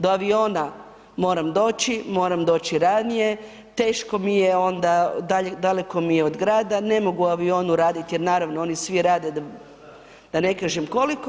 Do aviona moram doći, moram doći ranije teško mi je onda daleko mi je od grada, ne mogu u avionu raditi jer naravno oni svi rade da ne kažem koliko.